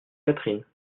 catherine